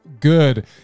good